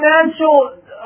financial